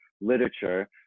literature